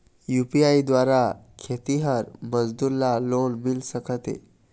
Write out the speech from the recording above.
UPI द्वारा खेतीहर मजदूर ला लोन मिल सकथे?